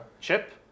Chip